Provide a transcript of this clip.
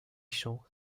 champs